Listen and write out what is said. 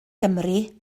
gymru